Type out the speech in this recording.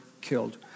killed